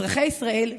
אזרחי ישראל,